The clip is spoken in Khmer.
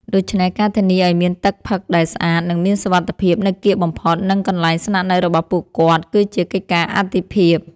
ដូច្នេះ ការធានាឱ្យមានទឹកផឹកដែលស្អាត និងមានសុវត្ថិភាពនៅកៀកបំផុតនឹងកន្លែងស្នាក់នៅរបស់ពួកគាត់ គឺជាកិច្ចការអាទិភាព។